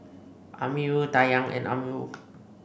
Amirul Dayang and Amirul